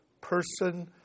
person